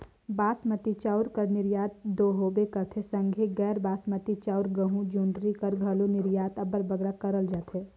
बासमती चाँउर कर निरयात दो होबे करथे संघे गैर बासमती चाउर, गहूँ, जोंढरी कर घलो निरयात अब्बड़ बगरा करल जाथे